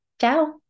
Ciao